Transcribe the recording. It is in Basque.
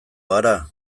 gara